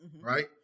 right